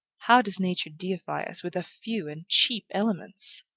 how does nature deify us with a few and cheap elements!